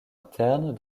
interne